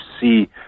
see